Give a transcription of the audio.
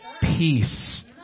peace